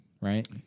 right